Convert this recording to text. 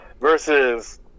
versus